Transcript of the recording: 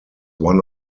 one